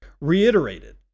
reiterated